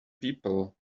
people